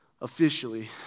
officially